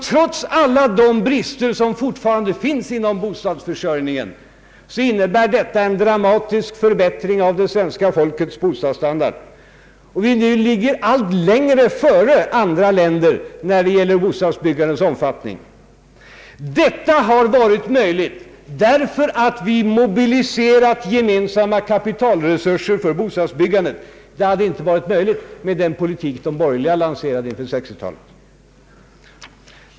Trots alla de brister som fortfarande finns inom bostadsförsörjningen innebär detta en dramatisk förbättring av det svenska folkets bostadsstandard, och vi ligger nu allt längre före andra länder när det gäller bostadsbyggandets omfattning. Detta har varit möjligt därför att vi har mobiliserat gemensamma kapitalresurser för bostadsbyggandet. Det hade inte varit möjligt med den politik som de borgerliga lanserade inför 1960-talet.